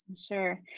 Sure